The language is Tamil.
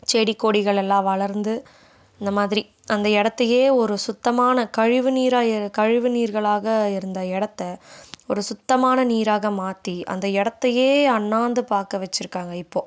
செடி கொடிகள் எல்லாம் வளர்ந்து இந்த மாதிரி அந்த இடத்தையே ஒரு சுத்தமான கழிவுநீராக இரு கழிவுநீர்களாக இருந்த இடத்த ஒரு சுத்தமான நீராக மாற்றி அந்த இடத்தையே அண்ணாந்து பார்க்க வச்சிருக்காங்க இப்போது